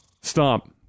stop